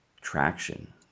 traction